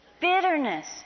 bitterness